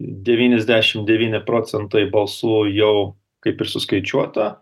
devyniasdešimt devyni procentai balsų jau kaip ir suskaičiuota